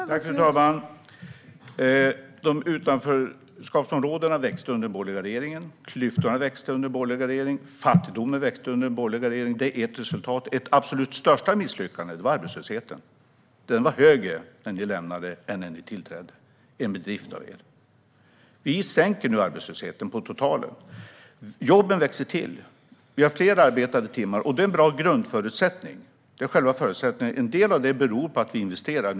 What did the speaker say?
Fru talman! Utanförskapsområdena växte under den borgerliga regeringen. Klyftorna växte under den borgerliga regeringen. Fattigdomen växte under den borgerliga regeringen. Det är ert resultat, Annie Lööf. Ert absolut största misslyckande var arbetslösheten. Den var högre när ni lämnade än när ni tillträdde. Det är en bedrift av er. Vi sänker nu arbetslösheten på totalen. Jobben växer till, och vi har fler arbetade timmar. Det är en bra grundförutsättning. Det är själva förutsättningen. En del av detta beror på att vi investerar.